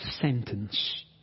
sentence